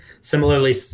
Similarly